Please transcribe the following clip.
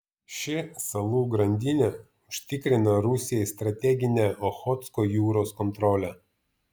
ši salų grandinė užtikrina rusijai strateginę ochotsko jūros kontrolę